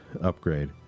upgrade